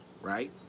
right